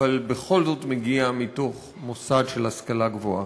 אבל בכל זאת מגיע מתוך מוסד של השכלה גבוהה.